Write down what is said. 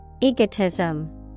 Egotism